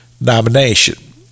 nomination